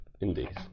Indeed